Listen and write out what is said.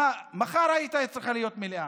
מחר הייתה צריכה להיות מליאה.